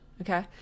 Okay